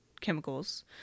chemicals